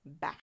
back